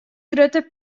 grutte